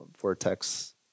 vortex